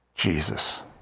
Jesus